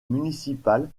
municipal